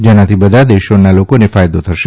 જેનાથી બધા દેશોના લોકોને ફાયદો થશે